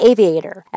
Aviator